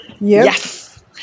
yes